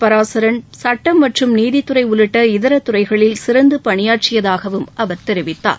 பராசரன் சுட்டம் மற்றும் நீதித்துறை உள்ளிட்ட இதர துறைகளில் சிறந்து பணியாற்றியதாகவும் அவர் தெரிவித்தார்